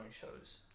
shows